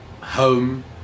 home